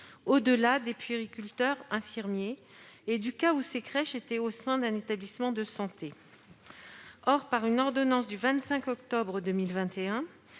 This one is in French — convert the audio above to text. des puériculteurs et infirmiers et du cas où ces crèches se trouvaient au sein d'un établissement de santé. Or, dans une ordonnance du 25 octobre 2021,